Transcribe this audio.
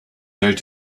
out